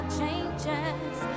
changes